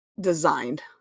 designed